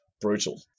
Brutal